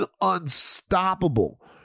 unstoppable